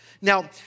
Now